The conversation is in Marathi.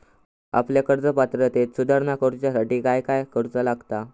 आपल्या कर्ज पात्रतेत सुधारणा करुच्यासाठी काय काय करूचा लागता?